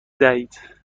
دهید